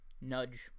nudge